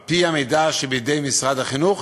על-פי המידע שבידי משרד החינוך,